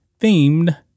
themed